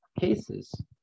cases